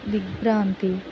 దిగ్భ్రాంతి